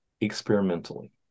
experimentally